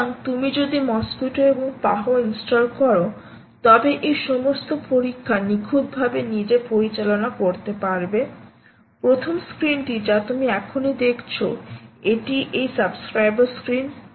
সুতরাং তুমি যদি মসকুইটো এবং PAHO ইনস্টল কর তবে এই সমস্ত পরীক্ষা নিখুঁতভাবে নিজে পরিচালনা করতে পারবে প্রথম স্ক্রিন যা তুমি এখনই দেখছো এটি এই সাবস্ক্রাইবার স্ক্রিন